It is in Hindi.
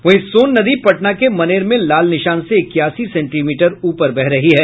वहीं सोन नदी पटना के मनेर में लाल निशान से इक्यासी सेंटीमीटर ऊपर बह रही है